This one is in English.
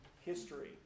history